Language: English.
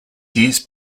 used